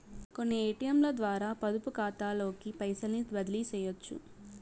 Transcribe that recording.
కొన్ని ఏటియంలద్వారా పొదుపుకాతాలోకి పైసల్ని బదిలీసెయ్యొచ్చు